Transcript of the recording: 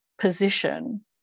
position